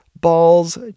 balls